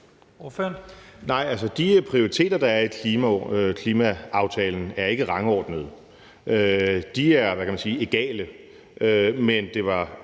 de prioriteter, der er i klimaaftalen, er ikke rangordnede. De er – hvad kan man sige – egale, men det var